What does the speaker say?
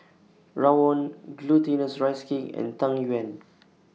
Rawon Glutinous Rice Cake and Tang Yuen